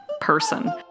person